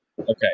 Okay